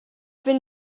been